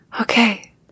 Okay